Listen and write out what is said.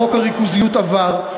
חוק הריכוזיות עבר,